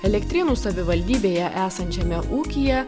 elektrėnų savivaldybėje esančiame ūkyje